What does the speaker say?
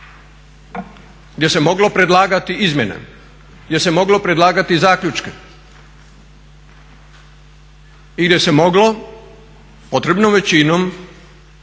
gdje se moglo predlagati izmjene, gdje se moglo predlagati zaključke i gdje se moglo potrebnom većinom